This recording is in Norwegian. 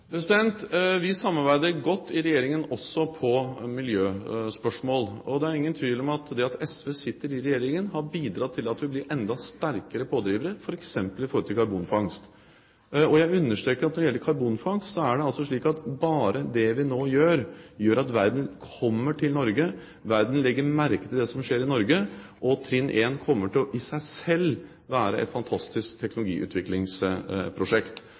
Vi samarbeider godt i Regjeringen, også på miljøspørsmål, og det er ingen tvil om at det at SV sitter i Regjeringen, har bidratt til at vi blir enda sterkere pådrivere, f.eks. når det gjelder karbonfangst. Jeg understreker at når det gjelder karbonfangst, er det slik at bare det vi nå gjør, gjør at verden kommer til Norge. Verden legger merke til det som skjer i Norge, og trinn 1 kommer i seg selv til å være et fantastisk teknologiutviklingsprosjekt.